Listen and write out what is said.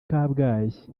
kabgayi